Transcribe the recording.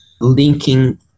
linking